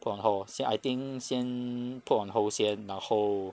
put on hold 先 I think 先 put on hold 先然后